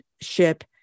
ship